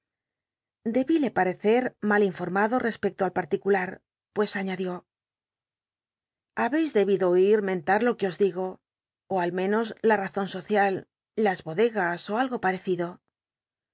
debile parecer mal informado respecto al particul ll pues añadió habeis debido oit mentar lo que os digo ó al menos la razon social las bodegas ó algo parecido